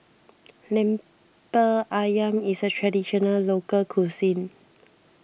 Lemper Ayam is a Traditional Local Cuisine